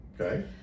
Okay